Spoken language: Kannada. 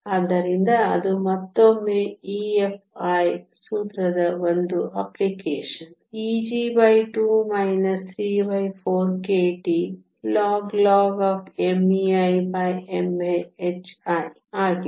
ಆದ್ದರಿಂದ ಅದು ಮತ್ತೊಮ್ಮೆ EFi ಸೂತ್ರದ ಒಂದು application Eg2 34 kTln ln meimhi ಆಗಿದೆ